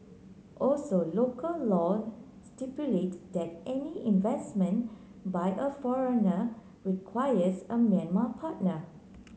also local law stipulate that any investment by a foreigner requires a Myanmar partner